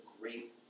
great